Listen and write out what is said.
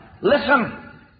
Listen